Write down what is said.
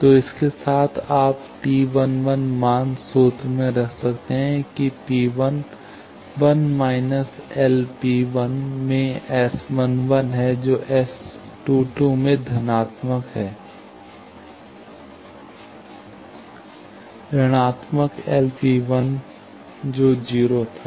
तो इसके साथ आप T 11 मान संदर्भ समय 1712 सूत्र रख सकते हैं कि P1 1− L P1 में S 11 है जो S222 धनात्मक P2 1 ऋणात्मक L P2 जो 0 था